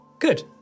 Good